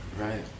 Right